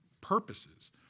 purposes